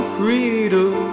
freedom